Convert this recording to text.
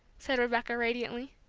said rebecca, radiantly.